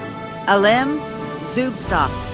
alim zubtsov.